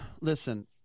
listen